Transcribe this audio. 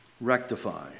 rectify